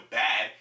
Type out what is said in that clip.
bad